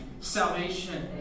salvation